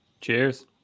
Cheers